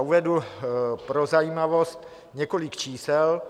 Uvedu pro zajímavost několik čísel.